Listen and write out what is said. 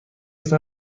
است